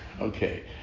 Okay